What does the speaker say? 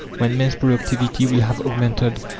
when man's productivity will have augmented,